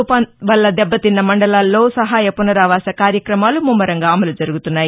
తుఫాన్ వల్ల దెబ్బతిన్న మండలాల్లో సహాయ పునరావాస కార్యక్రమాలు ముమ్మరంగా అమలు జరుగుతున్నాయి